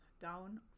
down